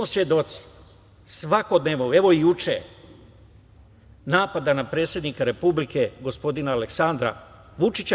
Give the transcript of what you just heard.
Mi smo svedoci svakodnevnog, evo i juče, napada na predsednika republike, gospodina Aleksandra Vučića.